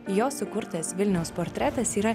jo sukurtas vilniaus portretas yra